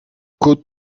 could